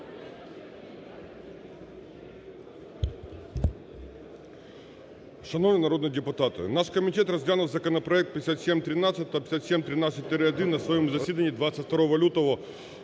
Шановні народні депутати! Наш комітет розглянув законопроект 5713 та 5713-1 на своєму засіданні 22 лютого